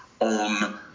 on